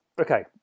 Okay